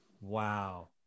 Wow